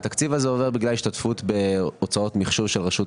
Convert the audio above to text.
עובר בגלל השתתפות בהוצאות מחשוב של רשות